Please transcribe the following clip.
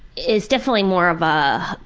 is definitely more of a,